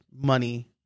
money